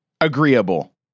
agreeable